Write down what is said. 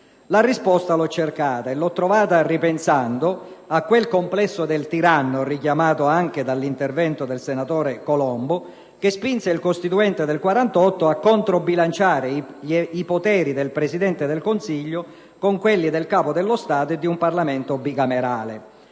La risposta l'ho cercata e l'ho trovata ripensando a quel complesso del tiranno, richiamato anche nell'intervento del senatore Colombo, che spinse il costituente del 1948 a controbilanciare i poteri del Presidente del Consiglio con quelli del Capo dello Stato e di un Parlamento bicamerale.